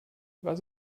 was